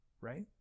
right